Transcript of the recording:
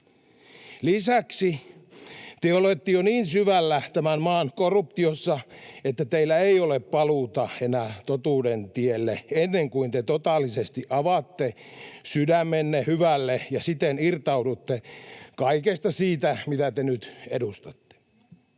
Lisäksi te olette jo niin syvällä tämän maan korruptiossa, että teillä ei ole enää paluuta totuuden tielle, ennen kuin te totaalisesti avaatte sydämenne hyvälle ja siten irtaudutte kaikesta siitä, mitä te nyt edustatte.